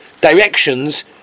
directions